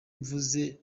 mvuze